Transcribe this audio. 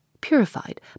purified